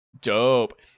Dope